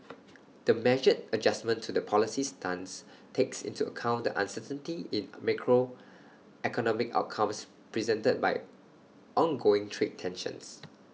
the measured adjustment to the policy stance takes into account the uncertainty in A macroeconomic outcomes presented by ongoing trade tensions